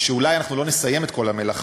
ואולי אנחנו לא נסיים את כל המלאכה,